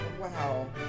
wow